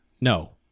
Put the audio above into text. No